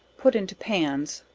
put into pans,